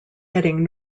heading